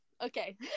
Okay